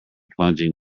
plunging